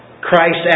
Christ